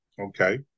okay